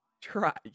Try